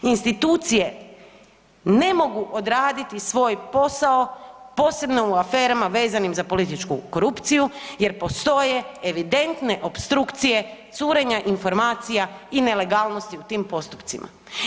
Institucije ne mogu odraditi svoj posao posebno u aferama vezanim za političku korupciju jer postoje evidentne opstrukcije curenja informacija i nelegalnosti u tim postupcima.